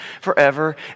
forever